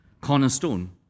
Cornerstone